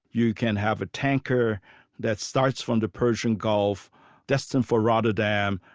you can have a tanker that starts from the persian gulf destined for rotterdam,